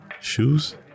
shoes